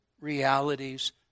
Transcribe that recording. realities